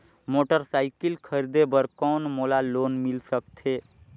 Motorcycle खरीदे बर कौन मोला लोन मिल सकथे?